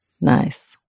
Nice